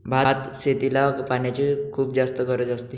भात शेतीला पाण्याची खुप जास्त गरज असते